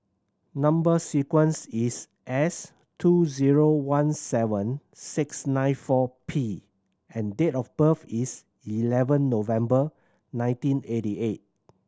number sequence is S two zero one seven six nine four P and date of birth is eleven November nineteen eighty eight